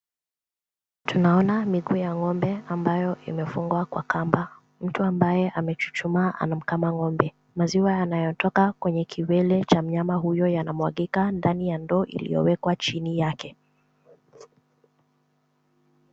Tunaona miguu ya ng'ombe, ambayo imefungwa kwa kwamba. Mtu ambaye amechuchuma, anamkama ng'ombe. Maziwa yanayotoka kwenye kiwili cha mnyama huyo, yanamwagika ndani ya ndoo iliyowekwa chini yake.